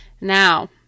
Now